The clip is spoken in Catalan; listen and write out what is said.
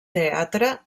teatre